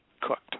cooked